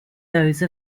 those